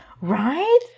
Right